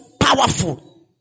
powerful